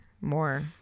more